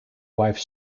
wife